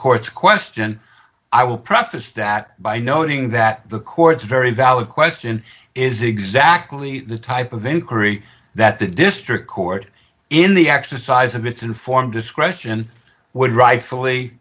court's question i will preface that by noting that the court's very valid question is exactly the type of inquiry that the district court in the exercise of its informed discretion would rightfully